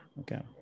okay